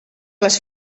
les